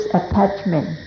attachment